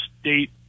state